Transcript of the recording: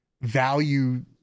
value